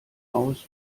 aus